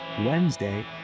Wednesday